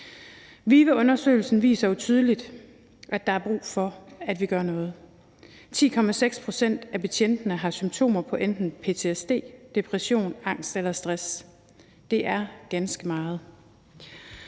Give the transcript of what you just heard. VIVE-undersøgelsen viser jo tydeligt, at der er brug for, at vi gør noget. 10,6 pct. af betjentene har symptomer på enten ptsd, depression, angst eller stress. Det er ganske meget.